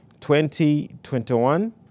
2021